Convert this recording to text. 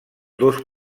dos